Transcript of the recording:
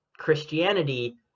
Christianity